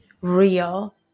real